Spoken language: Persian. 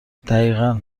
دقیقا